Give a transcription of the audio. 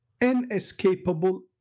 inescapable